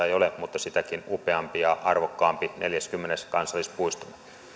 ei ole mutta sitäkin upeampi ja arvokkaampi neljäskymmenes kansallispuisto